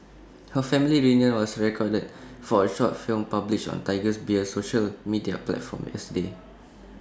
her family reunion was recorded for A short film published on Tiger Beer's social media platforms yesterday